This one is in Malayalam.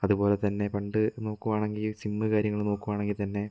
അതുപോലെ തന്നെ പണ്ട് നോക്കുവാണെങ്കിൽ സിമ്മ് കാര്യങ്ങള് നോക്കുവാണെങ്കിൽ തന്നെ